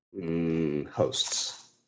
hosts